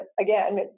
again